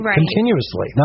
continuously